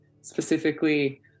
specifically